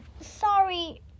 sorry